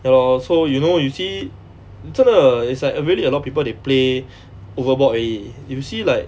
ya lor so you know you see 真的 it's like a really a lot people they play overboard already if you see like